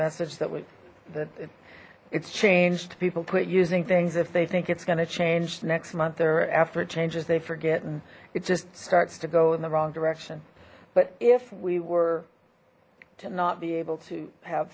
message that we that it's changed people quit using things if they think it's gonna change next month or after it changes they forget and it just starts to go in the wrong direction but if we were to not be able to have